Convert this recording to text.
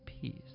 peace